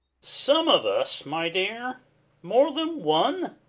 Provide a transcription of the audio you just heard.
some of us my dear more than one?